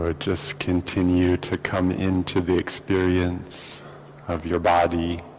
ah just continue to come into the experience of your body